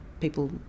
people